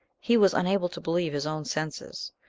he was unable to believe his own senses.